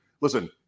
listen